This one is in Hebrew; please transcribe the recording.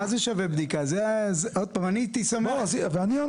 אני הייתי שמח גם להבין.